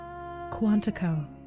Quantico